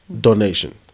donation